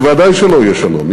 ודאי שלא יהיה שלום.